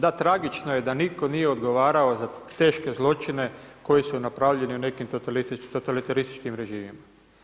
Da, tragično je da nitko nije odgovarao za teške zločine koji su napravljeni u nekim totalitarističkim režimima.